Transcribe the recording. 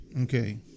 Okay